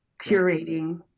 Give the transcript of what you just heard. curating